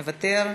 מוותר,